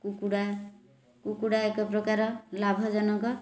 କୁକୁଡ଼ା କୁକୁଡ଼ା ଏକ ପ୍ରକାର ଲାଭଜନକ